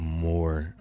more